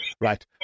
Right